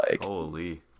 Holy